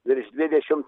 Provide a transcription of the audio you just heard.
virš dvidešimt